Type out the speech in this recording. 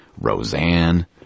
Roseanne